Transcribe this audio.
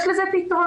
יש לזה פתרונות.